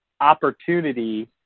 opportunity